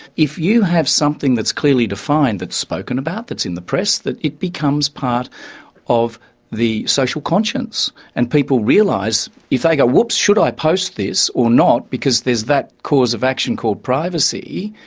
if you have something that's clearly defined, that's spoken about, that's in the press, that, it becomes part of the social conscience, and people realise, if they go, whoops, should i post this or not, because there's that cause of action called privacy?